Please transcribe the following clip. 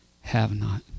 have-not